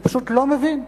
אני פשוט לא מבין,